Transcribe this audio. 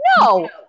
No